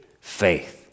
Faith